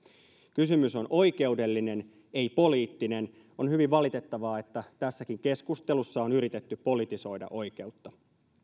kysymys on oikeudellinen ei poliittinen on hyvin valitettavaa että tässäkin keskustelussa on yritetty politisoida oikeutta